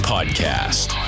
Podcast